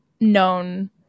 known